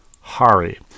Hari